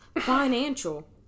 Financial